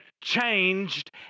changed